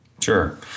Sure